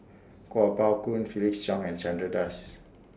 Kuo Pao Kun Felix Cheong and Chandra Das